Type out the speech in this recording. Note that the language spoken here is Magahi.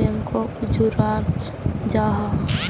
बैंकोक जोड़ाल जाहा